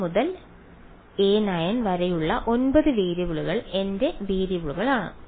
a1 മുതൽ a9 വരെയുള്ള 9 വേരിയബിളുകൾ എന്റെ വേരിയബിളുകളാണ്